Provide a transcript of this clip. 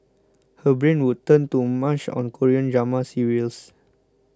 her brain would turn to mush on Korean drama serials